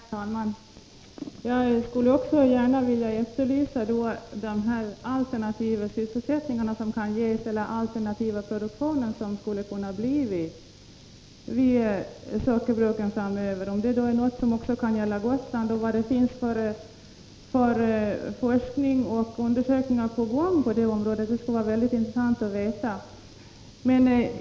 Herr talman! Jag skulle också gärna vilja efterlysa de alternativa sysselsättningar som kan ges eller alternativa produktioner som det skulle kunna bli på sockerbruken framöver. Jag undrar om detta är något som kan gälla också Gotland och vad det finns för forskning och undersökning på gång inom det här området. Det skulle vara mycket intressant att veta.